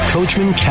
Coachman